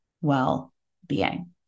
well-being